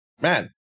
man